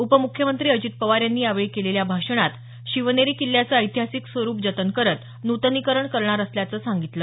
उपमुख्यमंत्री अजित पवार यांनी यावेळी केलेल्या भाषणात शिवनेरी किल्ल्याचं ऐतिहासिक स्वरूप जतन करत नूतनीकरण करणार असल्याचं सांगितलं